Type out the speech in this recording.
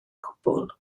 cwbl